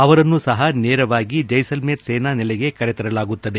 ಅವರನ್ನೂ ಸಹ ನೇರವಾಗಿ ಜೈಸಲ್ಲೇರ್ ಸೇನಾ ನೆಲೆಗೆ ಕರೆತರಲಾಗುತ್ತದೆ